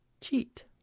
Cheat